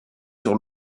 sur